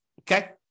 Okay